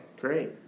great